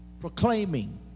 proclaiming